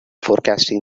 forecasting